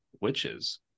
witches